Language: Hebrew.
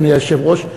אדוני היושב-ראש,